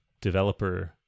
developer